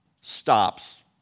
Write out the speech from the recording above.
stops